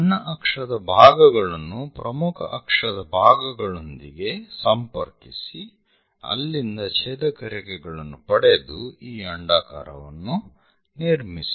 ಸಣ್ಣ ಅಕ್ಷದ ಭಾಗಗಳನ್ನು ಪ್ರಮುಖ ಅಕ್ಷದ ಭಾಗಗಳೊಂದಿಗೆ ಸಂಪರ್ಕಿಸಿ ಅಲ್ಲಿಂದ ಛೇದಕ ರೇಖೆಗಳನ್ನು ಪಡೆದು ಈ ಅಂಡಾಕಾರವನ್ನು ನಿರ್ಮಿಸಿ